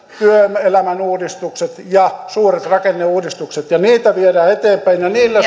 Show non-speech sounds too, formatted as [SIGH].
työelämän uudistukset ja suuret rakenneuudistukset ja niitä viedään eteenpäin ja niillä [UNINTELLIGIBLE]